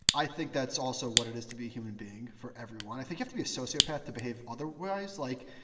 i think that's also what it is to be a human being for everyone. i think you have to be a sociopath to behave otherwise. like,